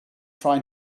trying